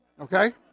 Okay